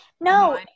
no